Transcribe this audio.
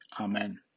Amen